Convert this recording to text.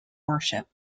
worship